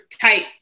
type